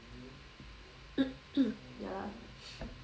ya lah